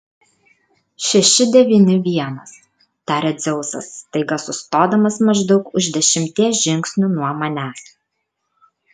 šeši devyni vienas taria dzeusas staiga sustodamas maždaug už dešimties žingsnių nuo manęs